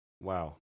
Wow